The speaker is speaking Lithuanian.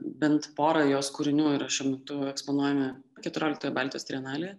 bent pora jos kūrinių yra šiuo metu eksponuojami keturioliktoje baltijos trienalėje